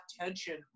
tension